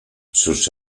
sus